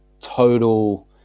total